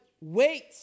Wait